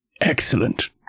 Excellent